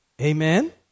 Amen